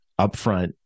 upfront